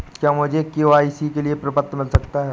क्या मुझे के.वाई.सी के लिए प्रपत्र मिल सकता है?